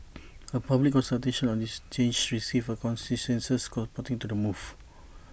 A public consultation on this change received A consensus to the move